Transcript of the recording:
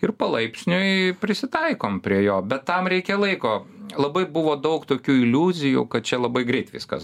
ir palaipsniui prisitaikom prie jo bet tam reikia laiko labai buvo daug tokių iliuzijų kad čia labai greit viskas